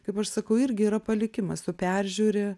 kaip aš sakau irgi yra palikimas tu peržiūri